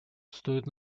стоит